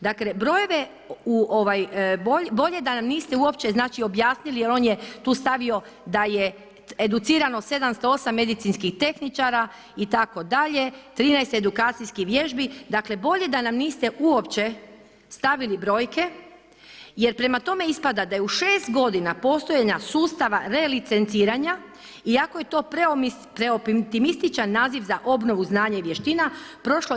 Dakle bolje da nam niste uopće objasnili jer on je tu stavio da je educirano 708 medicinskih tehničara itd., 13 edukacijskih vježbi, dakle bolje da nam niste uopće stavili brojke jer prema tome ispada da je u 6 g. postojanja sustava relicenciranja, iako je to preoptimističan naziv za obnovu, znanje i vještina, prošlo 1/